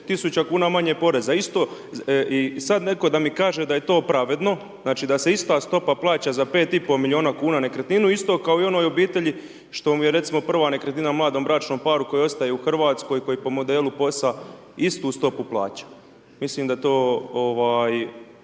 tisuća kuna manjeg poreza. Isto i sada netko da mi kaže da je to pravedno, da se ista stopa plaća za 5,5 milijuna kuna nekretninu, isto kao i onoj obitelji, što je recimo prva nekretnina mladom bračnom paru, koji ostaje u Hrvatskoj, koji po modelu posla istu stopu plaća. Mislim da to